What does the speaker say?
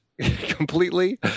completely